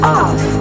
off